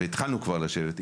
והתחלנו כבר לשבת,